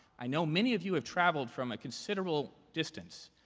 i know many of you have traveled from a considerable distance.